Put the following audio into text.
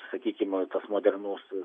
sakykim tas modernus